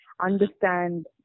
understand